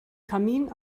kamin